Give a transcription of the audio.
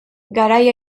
garai